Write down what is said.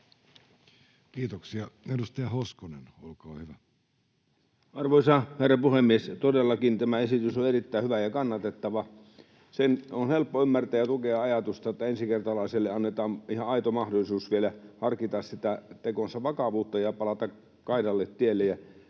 muuttamisesta Time: 15:57 Content: Arvoisa herra puhemies! Todellakin tämä esitys on erittäin hyvä ja kannatettava. On helppo ymmärtää ja tukea ajatusta, että ensikertalaiselle annetaan ihan aito mahdollisuus vielä harkita sitä tekonsa vakavuutta ja palata kaidalle tielle